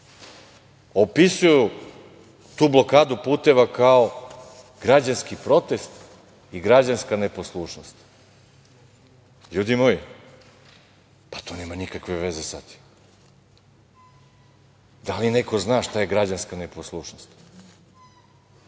opisuju tu blokadu puteva kao građanski protest i građanska neposlušnost. Ljudi moji, pa to nema nikakve veze sa tim. Da li neko zna šta je građanska neposlušnost?